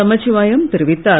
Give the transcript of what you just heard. நமசிவாயம் தெரிவித்தார்